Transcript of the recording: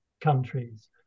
countries